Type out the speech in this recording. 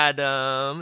Adam